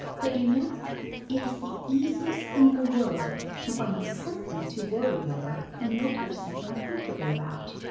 but you know it is the easiest thing in the world to find something to worry over and make yourself uncomfortable about.